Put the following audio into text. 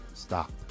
stop